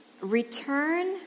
Return